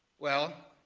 well,